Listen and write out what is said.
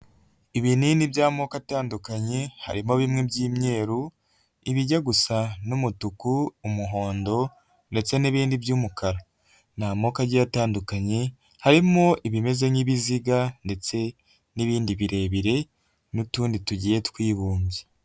Ibinini by'amoko atandukanye harimo bimwe by'imyeru, ibijya gusa n'umutuku, umuhondo ndetse n'ibindi by'umukara. Ni amoko agiye atandukanye harimo ibimeze nk'ibiziga, ndetse n'ibindi birebire n'utundi tugiye twibumbye.